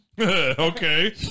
Okay